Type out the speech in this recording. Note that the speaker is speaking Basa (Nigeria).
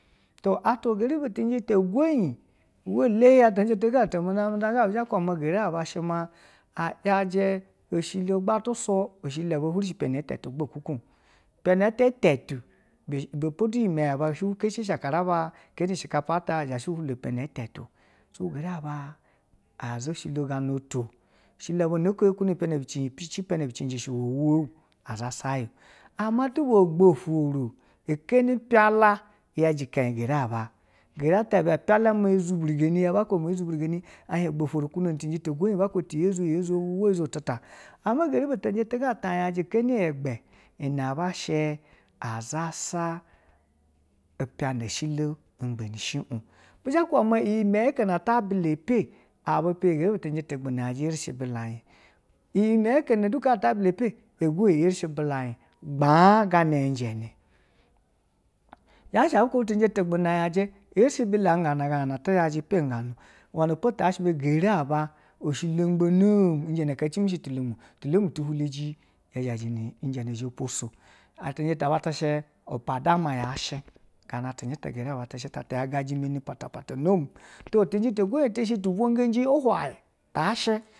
To atwa nageriya bu cinje te goyi ma leyi ya cinje gatu unguwa gabi zhe a kube maa geria aba shima a yajɛ oshilo tuswa o shilo aba huri pene itele ku ipene ete itelu ibbapo dunimeye aba keshiji shi akeraba ipene ete tu, so feriaba a za eshilo gana oholu eshilo ohuno geri bi pene chini ma pana bu zhigish we huwown azasa yo, ama tuba gbotoro ikeeni mpala yaje ikenyi geri aba, geri ata ibe mpela mezhguri geni ya bame zubenge ame gbofuro nene mpɛla yajɛ kenyi gezi eba geri ara ibeme zubirgen ehie gboforo kuno ne cinji te go ba kuba té ye zuli yezwi wayo za tida ama tuba cinje tigata yajɛ heri egbu inebu shɛ azasa ipene eshilo- gbe shilo, biza kuba ma iyimeye thene ta bila pe aba paye geri bu cinje de gbu erish bila ig iyimeye, ihene ata bila epe egoyi erishi a bila gbaa ganaje o yashe ebu kube tivinje taghu yanje erishi bila u̱ganana ahi yeje o wenepo ti yashi ma geri aba eshilo ogbo nom iyene ka simishitosho cinje taba tishɛ upadama yashe gana xinjɛ ti geritishɛ ta tu yaje meni nom pacapace to gei be goyi tuvigeji wenepasha uhwe tashe